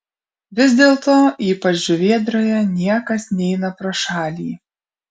vis dėlto ypač žuvėdroje niekas neina pro šalį